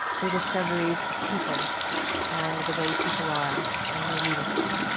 they're discoveries of people and the way people are, and new leadership.